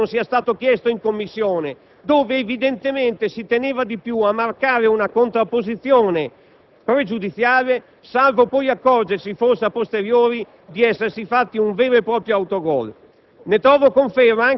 Mi rammarico che esso non sia stato chiesto in Commissione, dove evidentemente si teneva di più a marcare una contrapposizione pregiudiziale, salvo poi accorgersi, forse *a posteriori*, di essersi inflitti un vero e proprio autogol.